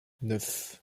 neuf